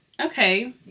Okay